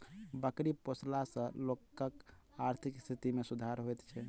बकरी पोसला सॅ लोकक आर्थिक स्थिति मे सुधार होइत छै